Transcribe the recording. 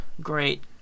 Great